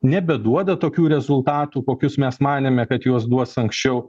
nebeduoda tokių rezultatų kokius mes manėme kad juos duos anksčiau